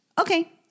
okay